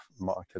market